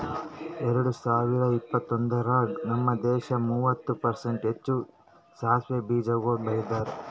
ಎರಡ ಸಾವಿರ ಇಪ್ಪತ್ತೊಂದರಾಗ್ ನಮ್ ದೇಶ ಮೂವತ್ತು ಪರ್ಸೆಂಟ್ ಹೆಚ್ಚು ಸಾಸವೆ ಬೀಜಗೊಳ್ ಬೆಳದಾರ್